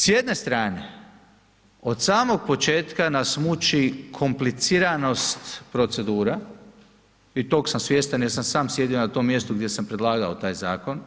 S jedne strane od samog početka nas muči kompliciranost procedura i toga sam svjestan jer sam sam sjedio na tom mjestu gdje sam predlagao taj zakon.